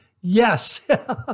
Yes